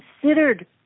considered